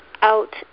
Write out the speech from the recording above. out